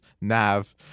Nav